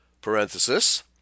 Parenthesis